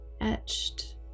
etched